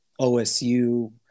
OSU